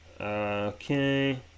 Okay